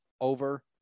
over